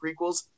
prequels